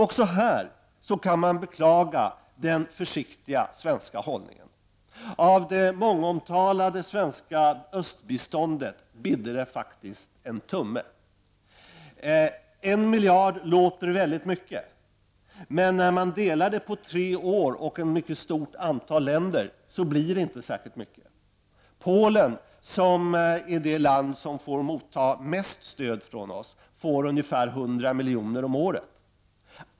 Även här kan man beklaga den försiktiga svenska hållningen. Av det mångomtalade svenska östbiståndet bidde det faktiskt bara en tumme. En miljard låter väldigt mycket, men när man delar upp den på tre år och ett mycket stort antal länder blir det inte särskilt mycket. Polen, som är det land som får mottaga mest stöd från oss, får ungefär 100 miljoner om året.